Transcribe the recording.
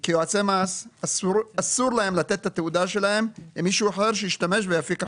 כי ליועצי מס אסור לתת את התעודה שלהם למישהו אחר שישתמש ויפיק.